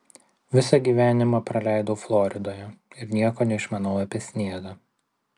visą gyvenimą praleidau floridoje ir nieko neišmanau apie sniegą